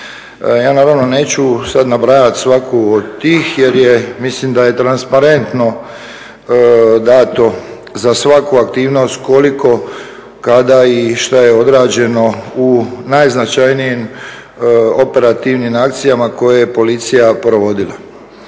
Ja naravno neću sad nabrajati svaku od tih jer mislim da je transparentno dato za svaku aktivnost koliko, kada i što je odrađeno u najznačajnijim operativnim akcijama koje je policija provodila.